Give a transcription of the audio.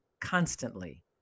constantly